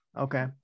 Okay